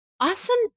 Awesome